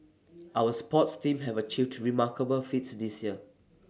our sports teams have achieved remarkable feats this year